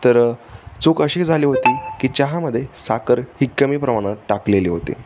तर चूक अशी झाली होती की चहामध्ये साखर ही कमी प्रमाणात टाकलेली होती